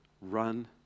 run